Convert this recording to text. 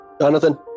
Jonathan